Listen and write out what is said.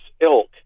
ilk